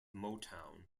motown